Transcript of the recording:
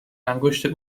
انگشت